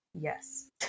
yes